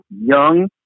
young